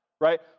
right